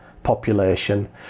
population